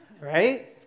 Right